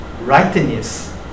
rightness